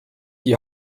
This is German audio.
die